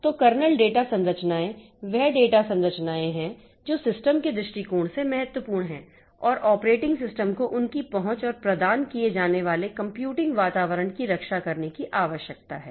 तो kernel data संरचनाएं वह डेटा संरचनाएं हैं जो सिस्टम के दृष्टिकोण से महत्वपूर्ण हैं और ऑपरेटिंग सिस्टम को उनकी पहुंच और प्रदान किए जाने वाले कंप्यूटिंग वातावरण की रक्षा करने की आवश्यकता है